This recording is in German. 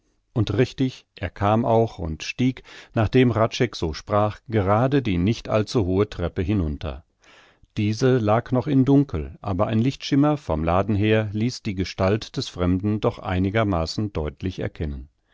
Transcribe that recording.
und richtig er kam auch und stieg während hradscheck so sprach gerade die nicht allzuhohe treppe hinunter diese lag noch in dunkel aber ein lichtschimmer vom laden her ließ die gestalt des fremden doch einigermaßen deutlich erkennen